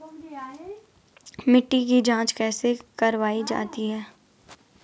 मिट्टी की जाँच कैसे करवायी जाती है?